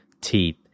teeth